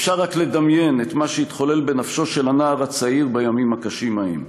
אפשר רק לדמיין את מה שהתחולל בנפשו של הנער הצעיר בימים הקשים ההם.